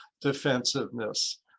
defensiveness